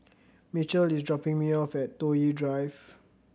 Mitchell is dropping me off at Toh Yi Drive